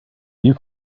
you